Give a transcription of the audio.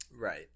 Right